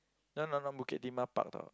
no no not Bukit-Timah Park